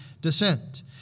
descent